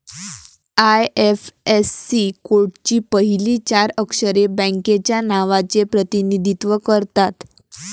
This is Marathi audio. आय.एफ.एस.सी कोडची पहिली चार अक्षरे बँकेच्या नावाचे प्रतिनिधित्व करतात